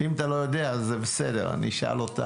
אם אתה לא יודע, זה בסדר, אני אשאל אותה.